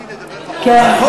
כן.